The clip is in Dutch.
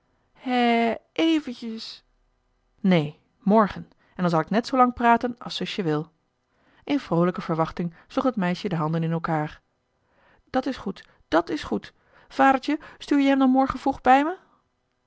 hè eventjes neen morgen en dan zal ik net zoolang praten als zusje wil in vroolijke verwachting sloeg het meisje de handen in elkaar dat is goed dàt is goed vadertje stuur je hem dan morgen vroeg bij me